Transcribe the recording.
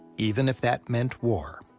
even if that meant war.